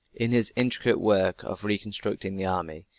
in his intricate work of reconstructing the army,